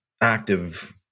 active